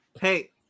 Hey